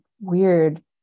weird